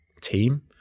team